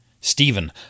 Stephen